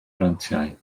grantiau